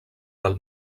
del